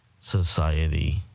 society